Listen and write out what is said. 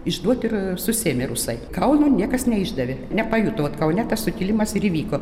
išduot ir susėmė rusai kauno niekas neišdavė nepajuto vat kaune tas sukilimas ir įvyko